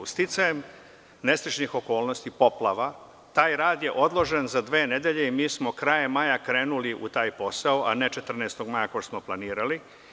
Sticajem nesrećnih okolnosti, poplava, taj rad je odložen za dve nedelje i mi smo krajem maja krenuli u taj posao, a ne 14. maja, kao što smo planirali.